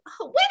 wait